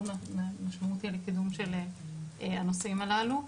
משמעותי על קידום של הנושאים הללו.